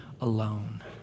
alone